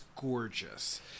gorgeous